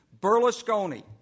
Berlusconi